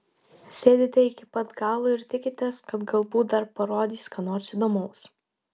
sėdite iki pat galo ir tikitės kad galbūt dar parodys ką nors įdomaus